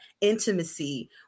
intimacy